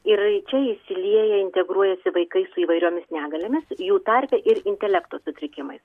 ir čia įsilieja integruojasi vaikai su įvairiomis negaliomis jų tarpe ir intelekto sutrikimai